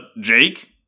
Jake